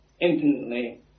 infinitely